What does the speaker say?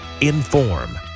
inform